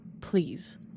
Please